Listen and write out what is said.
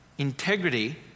Integrity